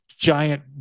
Giant